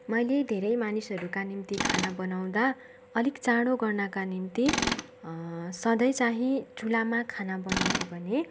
मैले धेरै मानिसहरूका निम्ति खाना बनाउँदा अलिक चाँडो गर्नका निम्ति सधैँ चाहिँ चुल्हामा खाना बनाउँथेँ भने